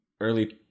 early